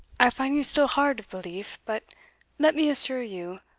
i find you still hard of belief but let me assure you,